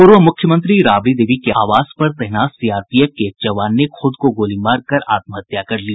पूर्व मुख्यमंत्री राबड़ी देवी के आवास पर तैनात सीआरपीएफ के एक जवान ने ख़ुद को गोली मारकर आत्महत्या कर ली